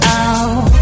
out